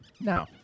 No